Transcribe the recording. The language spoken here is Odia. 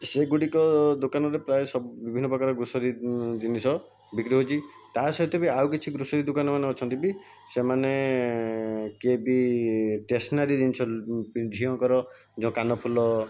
ସେଗୁଡ଼ିକ ଦୋକାନରେ ପ୍ରାୟ ସବୁ ବିଭିନ୍ନ ପ୍ରକାର ଗ୍ରୋସରୀ ଜିନିଷ ବିକ୍ରି ହେଉଛି ତା ସହିତ ବି ଆଉ କିଛି ଗ୍ରୋସରୀ ଦୋକାନ ମାନ ଅଛନ୍ତି ବି ସେମାନେ କିଏ ବି ଟେସନାରୀ ଜିନିଷ ଝିଅଙ୍କର ଯୋଉ କାନଫୁଲ